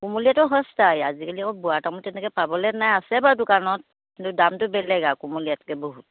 কোমলীয়াটো সস্তাই আজিকালি আকৌ বুঢ়া তামোলৰ তেনেকৈ পাবলৈ নাই আছে বাৰু দোকানত কিন্তু দামটো বেলেগ আৰু কোমলীয়াতকৈ বহুত